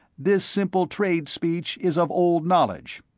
this simple trade speech is of old knowledge.